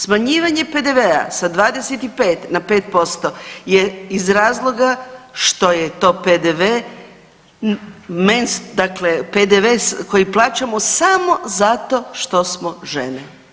Smanjivanje PDV-a sa 25 na 5% je iz razloga što je to PDV dakle PDV koji plaćamo samo zato što smo žene.